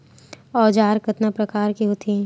औजार कतना प्रकार के होथे?